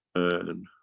and